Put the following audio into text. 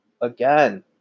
again